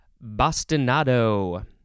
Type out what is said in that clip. Bastinado